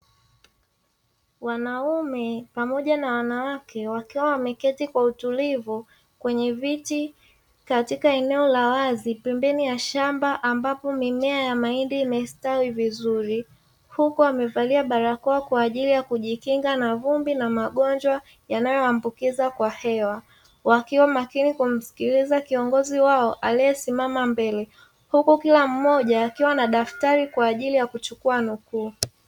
Wanaume pamoja na wanawake wakiwa wameketi kwa utulivu kwenye viti katika eneo la wazi pembeni ya shamba ambapo mimea ya mahindi imestawi vizuri huku wamevalia barakoa kwa ajili ya kujikinga na vumbi na magonjwa yanayoambukizwa kwa hewa. Wakiwa makini kumsikiliza kiongozi wao aliyesimama mbele huku kila mmoja akiwa na daftari kwa ajili ya kuchukua nukuu.